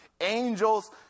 angels